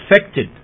affected